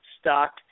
stock